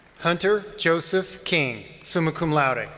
hunter joseph king, summa cum laude. and